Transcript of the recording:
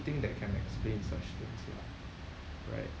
thing that can explain such things lah right